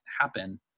happen